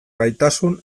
gaitasun